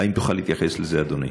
האם תוכל להתייחס לזה, אדוני?